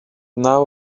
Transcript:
naw